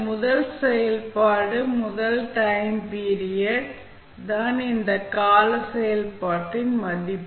முதல் செயல்பாடு முதல் டைம் பீரியட் தான் இந்த கால செயல்பாட்டின் மதிப்பு